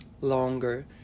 longer